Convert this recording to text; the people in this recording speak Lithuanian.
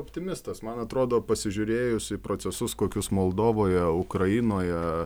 optimistas man atrodo pasižiūrėjus į procesus kokius moldovoje ukrainoje